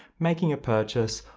making a purchasing,